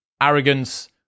arrogance